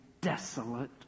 desolate